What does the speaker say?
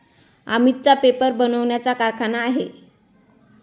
अमितचा पेपर बनवण्याचा कारखाना आहे